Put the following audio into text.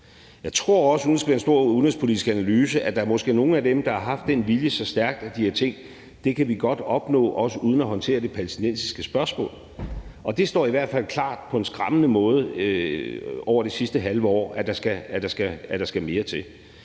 analyse – at der måske er nogle af dem, der har haft den vilje så stærkt, at de har tænkt: Det kan vi godt opnå, også uden at håndtere det palæstinensiske spørgsmål. Det har i hvert fald stået klart på en skræmmende måde over det sidste halve år, at der skal mere til.